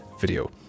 video